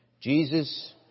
Jesus